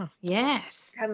Yes